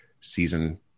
season